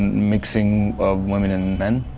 mixing of women and men.